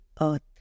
earth